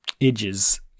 edges